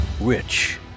Rich